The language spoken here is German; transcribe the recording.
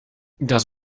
das